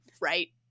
right